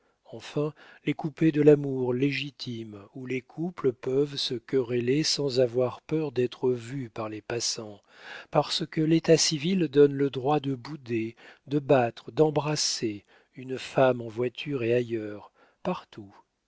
enfin les coupés de l'amour légitime où les couples peuvent se quereller sans avoir peur d'être vus par les passants parce que l'état civil donne le droit de bouder de battre d'embrasser une femme en voiture et ailleurs partout